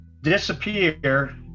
disappear